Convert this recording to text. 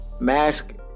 Mask